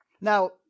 Now